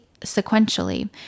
sequentially